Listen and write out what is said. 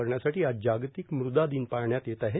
करण्यासाठी आज जागतिक मृदा दिन पाळण्यात येत आहे